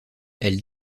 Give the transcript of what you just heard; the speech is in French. elles